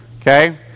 Okay